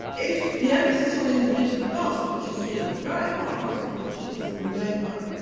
if the emphasis on individual advancement, which is yeah very part and parcel of the thatcher years and new labour,